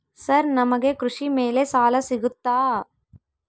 Sir ನಮಗೆ ಕೃಷಿ ಮೇಲೆ ಸಾಲ ಸಿಗುತ್ತಾ?